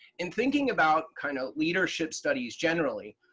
in thinking about kind of leadership studies generally,